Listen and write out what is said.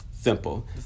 Simple